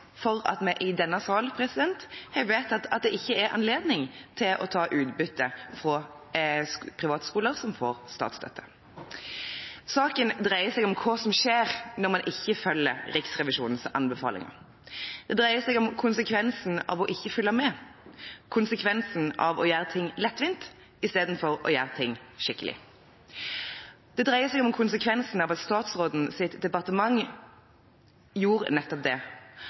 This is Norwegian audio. for at vi i denne sal har vedtatt at det ikke er anledning til å ta utbytte fra privatskoler som får statsstøtte. Saken dreier seg om hva som skjer når man ikke følger Riksrevisjonens anbefaling. Det dreier seg om konsekvensen av ikke å følge med, konsekvensen av å gjøre ting lettvint istedenfor å gjøre ting skikkelig. Det dreier seg om konsekvensen av at statsrådens departement gjorde nettopp det,